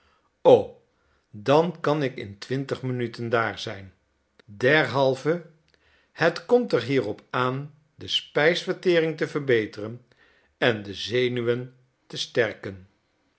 dan kan ik in twintig minuten daar zijn derhalve het komt er hier op aan de spijsvertering te verbeteren en de zenuwen te sterken